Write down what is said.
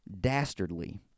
dastardly